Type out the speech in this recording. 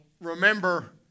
remember